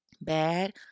bad